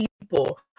people